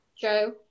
joe